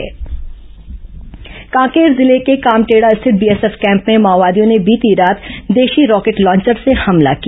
माओवादी समाचार कांकेर जिले के कामतेड़ा स्थित बीएसएफ कैम्प में माओवादियों ने बीती रात देशी रॉकेट लॉन्चर से हमला किया